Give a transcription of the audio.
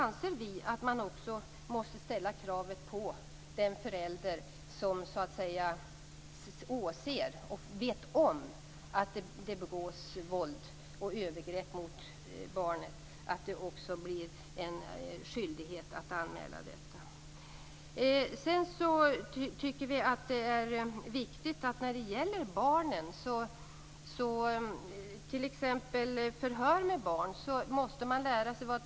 Kravet måste ställas på den förälder som åser och vet om att det begås övergrepp mot barnet. Det skall vara en skyldighet att anmäla detta. Det är viktigt att känna till barnets perspektiv vid t.ex. förhör av barn.